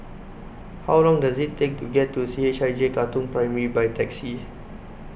How Long Does IT Take to get to C H I J Katong Primary By Taxi